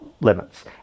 limits